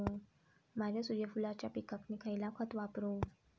माझ्या सूर्यफुलाच्या पिकाक मी खयला खत वापरू?